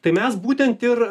tai mes būtent ir